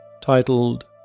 titled